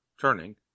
turning